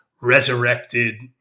resurrected